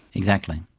exactly.